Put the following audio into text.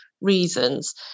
reasons